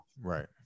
right